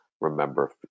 remember